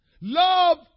Love